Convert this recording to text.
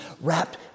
wrapped